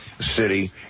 city